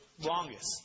longest